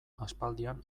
aspaldian